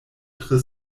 tre